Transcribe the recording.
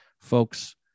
Folks